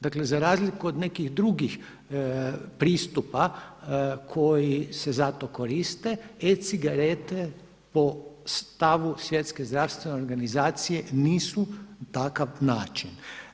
Dakle, za razliku od nekih drugih pristupa koji se za to koriste e-cigarete po stavu Svjetske zdravstvene organizacije nisu takav način.